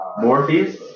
Morpheus